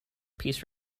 peace